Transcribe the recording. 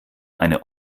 eine